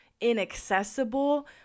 inaccessible